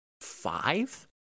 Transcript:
five